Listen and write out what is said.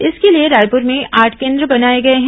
इसके लिए रायपुर में आठ केन्द्र बनाए गए हैं